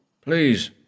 Please